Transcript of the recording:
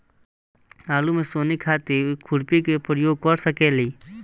आलू में सोहनी खातिर खुरपी के प्रयोग कर सकीले?